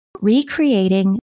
recreating